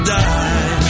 die